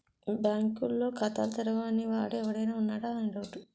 బాంకుల్లో ఖాతాలు తెరవని వాడు ఎవడైనా ఉన్నాడా అని డౌటు